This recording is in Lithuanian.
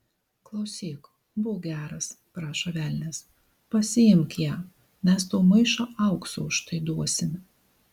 klausyk būk geras prašo velnias pasiimk ją mes tau maišą aukso už tai duosime